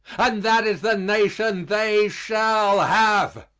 and that is the nation they shall have.